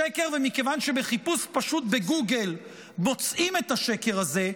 ומכיוון שבחיפוש פשוט בגוגל מוצאים את השקר הזה,